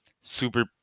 super